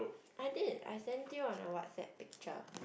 I did I sent you on a WhatsApp picture